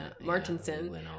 Martinson